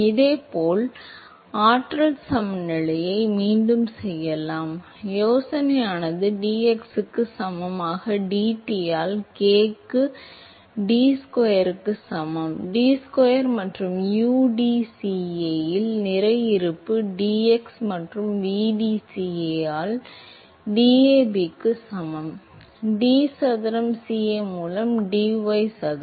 இதேபோல் ஆற்றல் சமநிலையை மீண்டும் செய்யலாம் யோசனையானது dx க்கு சமமான dT ஆல் k க்கு d ஸ்கொயர்டிக்கு சமம் d ஸ்கொயர் மற்றும் udCa இல் நிறை இருப்பு dx மற்றும் vdCa ஆல் DAB க்கு சமம் d சதுரம் Ca மூலம் dy சதுர